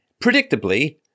predictably